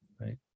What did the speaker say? right